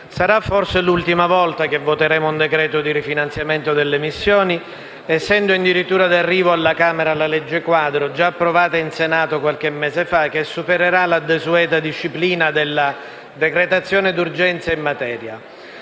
Sarà forse l'ultima volta che voteremo un decreto-legge di rifinanziamento delle missioni, essendo in dirittura d'arrivo alla Camera la legge quadro, già approvata in Senato qualche mese fa, che supererà la desueta disciplina della decretazione d'urgenza in materia.